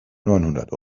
neunhundert